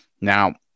Now